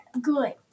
good